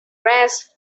rest